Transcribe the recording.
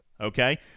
okay